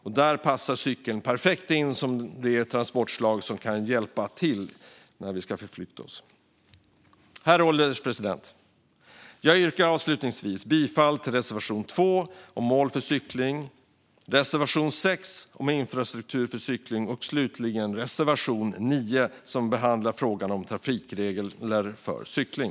Cykeln passar perfekt nu och är ett transportslag som kan hjälpa till när vi ska förflytta oss. Herr ålderspresident! Jag yrkar avslutningsvis bifall till reservation 2 om mål för cykling, reservation 6 om infrastruktur för cykling och reservation 9 som behandlar frågan om trafikregler för cykling.